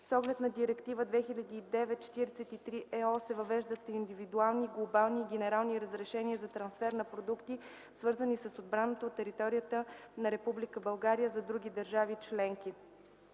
С оглед Директива 2009/43/ЕО се въвеждат индивидуални, глобални и генерални разрешения за трансфер на продукти, свързани с отбраната, от територията на Република България за други държави членки.